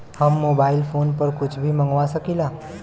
हम mobile phone पर कुछ भी मंगवा सकिला?